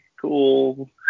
cool